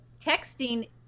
Texting